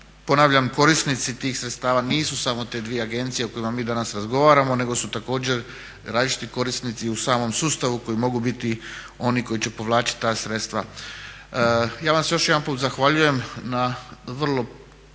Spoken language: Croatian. Ponavljam, korisnici tih sredstava nisu samo te dvije agencije o kojima mi danas razgovaramo nego su također različiti korisnici i u samom sustavu koji mogu biti oni koji će povlačiti ta sredstva. Ja vam se još jedanput zahvaljujem na vrlo